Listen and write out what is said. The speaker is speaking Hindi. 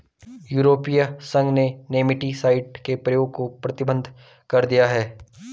यूरोपीय संघ ने नेमेटीसाइड के प्रयोग को प्रतिबंधित कर दिया है